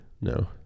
no